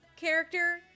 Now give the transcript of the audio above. character